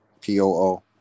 P-O-O